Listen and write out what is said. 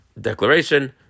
declaration